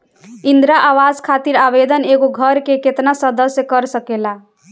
इंदिरा आवास खातिर आवेदन एगो घर के केतना सदस्य कर सकेला?